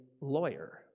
lawyer